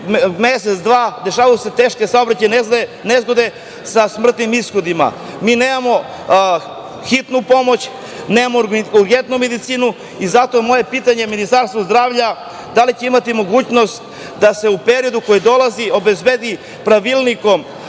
mesec, dva, dešavale su se teške saobraćajne nezgode sa smrtnim ishodima. Mi nemamo hitnu pomoć, nemamo urgentnu medicinu i zato moje pitanje Ministarstvu zdravlja – da li će imati mogućnost da se u periodu koji dolazi obezbedi pravilnikom